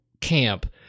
camp